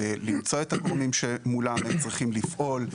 למצוא את הגורמים שמולם הם צריכים לפעול,